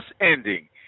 ending